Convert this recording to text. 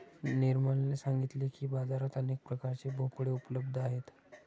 निर्मलने सांगितले की, बाजारात अनेक प्रकारचे भोपळे उपलब्ध आहेत